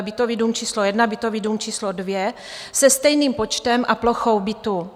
Bytový dům číslo jedna, bytový dům číslo dvě se stejným počtem a plochou bytů.